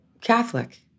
Catholic